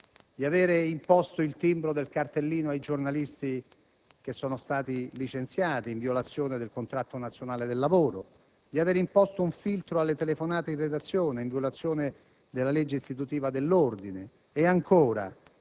di avere imposto il timbro del cartellino ai giornalisti licenziati, in violazione del loro contratto nazionale di lavoro; di avere imposto un filtro alle telefonate in redazione, in violazione della legge istitutiva dell'ordine dei